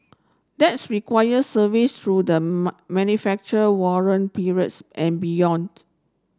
that's require service through the manufacture warrant periods and beyond